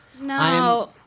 No